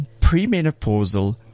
Premenopausal